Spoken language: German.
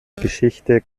geschichte